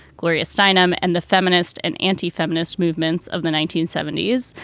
gloria steinem and the feminist and anti-feminist movements of the nineteen seventy s.